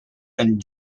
and